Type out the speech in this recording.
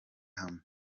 hamwe